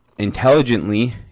intelligently